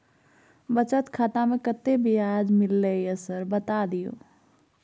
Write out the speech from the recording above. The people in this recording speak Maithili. बचत खाता में कत्ते ब्याज मिलले ये सर बता दियो?